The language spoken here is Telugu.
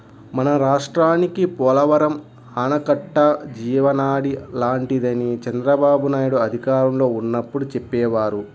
మన రాష్ట్రానికి పోలవరం ఆనకట్ట జీవనాడి లాంటిదని చంద్రబాబునాయుడు అధికారంలో ఉన్నప్పుడు చెప్పేవారు